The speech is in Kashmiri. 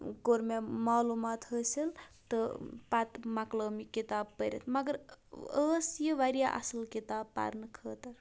کوٚر مےٚ معلوٗمات حٲصِل تہٕ پَتہٕ موکلاوٕم یہِ کِتاب پٔرِتھ مگر ٲس یہِ واریاہ اَصٕل کِتاب پَرنہٕ خٲطرٕ